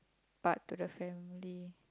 part to the family